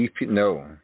No